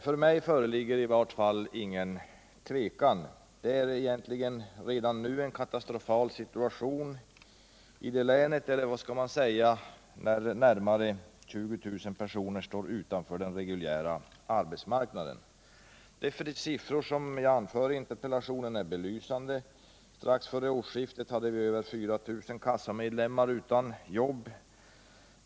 För mig föreligger ingen tvekan. Det är egentligen redan nu en katastrofal situation i det länet. Eller vad skall man säga när närmare 20 000 personer står utanför den reguljära arbetsmarknaden? De siffror jag anför i interpellationen är belysande. Strax före årsskiftet hade vi över 4 000 kassamedlemmar utan jobb.